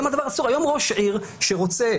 היום ראש עיר שרוצה,